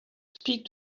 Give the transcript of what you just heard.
speak